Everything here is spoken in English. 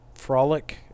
Frolic